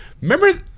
remember